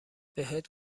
بهت